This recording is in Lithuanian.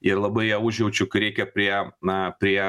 ir labai ją užjaučiu kai reikia prie na prie